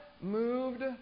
moved